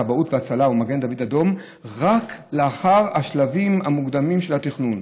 כבאות והצלה ומגן דוד אדום רק לאחר השלבים המוקדמים של התכנון,